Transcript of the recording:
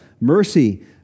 mercy